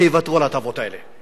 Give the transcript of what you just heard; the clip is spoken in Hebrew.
שיוותרו על ההטבות האלה,